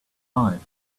five